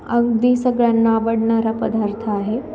अगदी सगळ्यांनावडणारा पदार्थ आहे